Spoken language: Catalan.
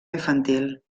infantil